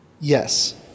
Yes